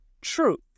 truth